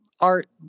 art